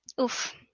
Oof